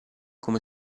come